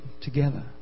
together